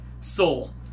Soul